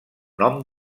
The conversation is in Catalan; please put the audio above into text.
nom